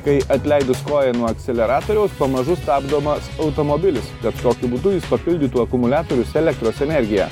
kai atleidus koją nuo akceleratoriaus pamažu stabdomas automobilis kad tokiu būdu jis papildytų akumuliatorius elektros energija